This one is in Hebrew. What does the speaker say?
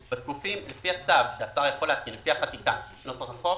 לפי החקיקה של נוסח החוק,